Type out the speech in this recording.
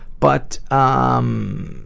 but, um,